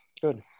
good